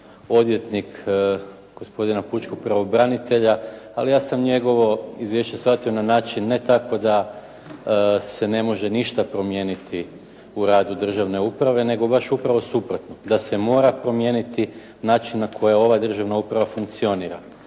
odvjetnik gospodina pučkog pravobranitelja ali ja sam njegovo izvješće shvatio na način ne tako da se ne može ništa promijeniti u radu državne uprave nego baš upravo suprotno. Da se mora promijeniti način na koji ova državna uprava funkcionira.